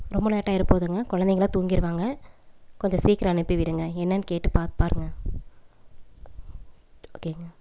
ரொம்ப லேட்டாகிற போதுங்க குழந்தைங்கலாம் தூங்கிடுவாங்க கொஞ்சம் சீக்கிரம் அனுப்பிவிடுங்க என்னன்னு கேட்டு பாக் பாருங்க ஓகேங்க